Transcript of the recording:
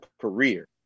career